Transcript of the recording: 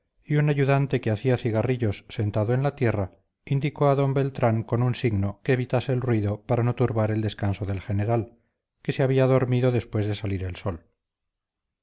y un ayudante que hacía cigarrillos sentado en la tierra indicó a d beltrán con un signo que evitase el ruido para no turbar el descanso del general que se había dormido después de salir el sol